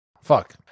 Fuck